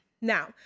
Now